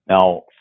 Now